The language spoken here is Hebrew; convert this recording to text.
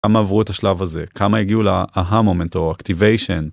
כמה עברו את השלב הזה, כמה הגיעו לה ה-moment, או activation.